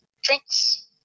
drinks